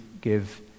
give